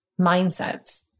mindsets